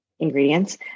ingredients